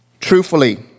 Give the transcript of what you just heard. Truthfully